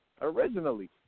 originally